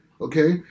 okay